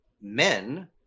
men